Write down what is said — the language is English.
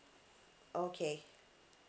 okay